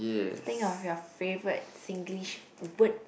think of your favourite Singlish word